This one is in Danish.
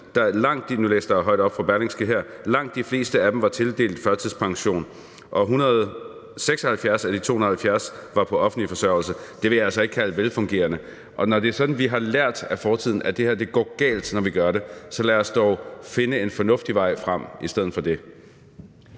var langt de fleste tildelt førtidspension, og 176 af de 270 var på offentlig forsørgelse. Det vil jeg altså ikke kalde velfungerende, og når det er sådan, at vi har lært af fortiden, at det her går galt, når vi gør det, så lad os dog finde en fornuftig vej frem i stedet for det.